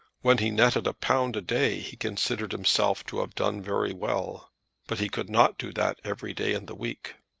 when he netted a pound a day he considered himself to have done very well but he could not do that every day in the week.